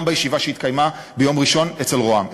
בישיבה שהתקיימה ביום ראשון אצל ראש הממשלה.